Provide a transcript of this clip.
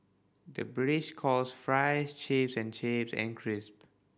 the British calls fries chips and chips and crisp